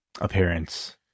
appearance